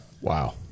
Wow